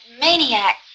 maniac